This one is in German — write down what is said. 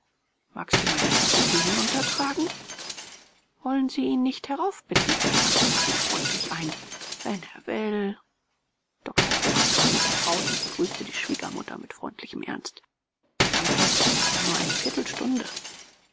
magst du ihm eine tasse tee hinuntertragen wollen sie ihn nicht heraufbitten wandte marie freundlich ein wenn er will dr bruchs kam mit der braut und begrüßte die schwiegermutter mit freundlichem ernst danke aber nur eine viertelstunde